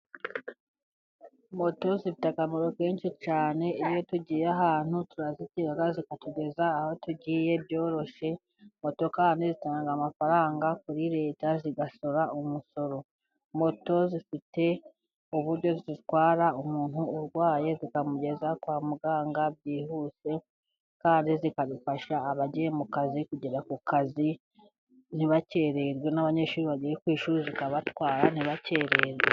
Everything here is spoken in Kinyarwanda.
Moto zifite akamaro kenshi cyane, iyo tugiye ahantu turazitega zikatugeza aho tugiye byoroshye. Moto kandi zitanga amafaranga kuri leta ,zigasora umusoro. Moto zifite uburyo zitwara umuntu urwaye ,zikamugeza kwa muganga byihuse ,kandi zikadufasha abagiye mu kazi ,kugera ku kazi ntibakererwe, n'abanyeshuri bagiye ku ishuri zikabatwara ntibakererwe.